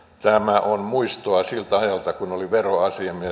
tämä on muistoa siltä ajalta kun oli veroasiamies